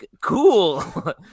Cool